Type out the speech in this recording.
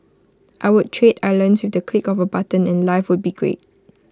I would trade islands with the click of A button and life would be great